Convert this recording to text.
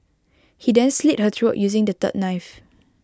he then slit her throat using the third knife